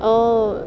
oh